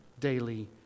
daily